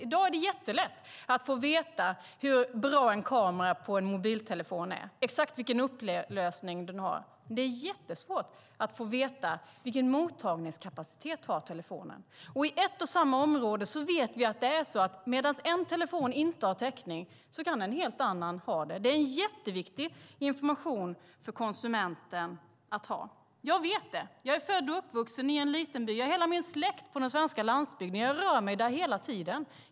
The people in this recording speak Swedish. I dag är det jättelätt att få veta hur bra en kamera i en mobiltelefon är och exakt vilken upplösning den har. Det är jättesvårt att få veta vilken mottagningskapacitet telefonen har. Och vi vet att det i ett och samma område kan vara så att en telefon inte har täckning medan en helt annan har det. Det är en jätteviktig information för konsumenten att ha. Jag vet det. Jag är född och uppvuxen i en liten by. Jag har hela min släkt på den svenska landsbygden. Jag rör mig där hela tiden.